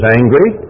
angry